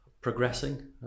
Progressing